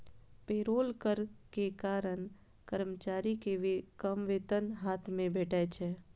payroll कर के कारण कर्मचारी कें कम वेतन हाथ मे भेटै छै